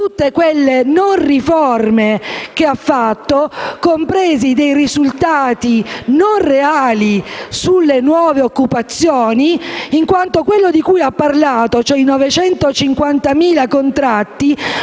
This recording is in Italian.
tutte le "non riforme" che ha fatto, compresi i risultati non reali sulla nuova occupazione, in quanto il numero di cui ha parlato - i 950.000 contratti